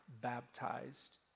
baptized